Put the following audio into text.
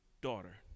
daughter